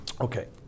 Okay